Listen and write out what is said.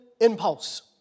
impulse